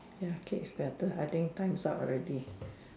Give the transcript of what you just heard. ya cake is better I think times up already